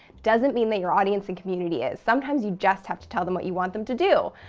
doesn't mean that your audience and community is. sometimes you just have to tell them what you want them to do.